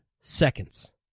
seconds